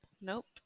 Nope